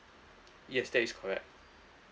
yes that is correct